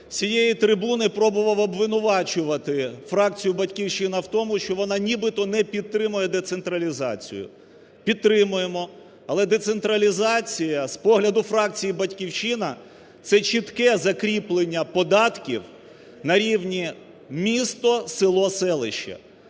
цієї трибуни пробував обвинувачувати фракцію "Батьківщина" в тому, що вона нібито не підтримує децентралізацію. Підтримуємо. Але децентралізація, з погляду фракції "Батьківщина", це чітке закріплення податків на рівні місто, село, селище.